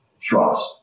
trust